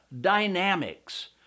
dynamics